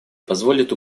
позволит